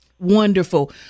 Wonderful